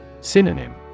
Synonym